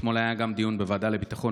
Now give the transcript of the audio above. אתמול היה גם דיון בוועדה לביטחון